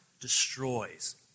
destroys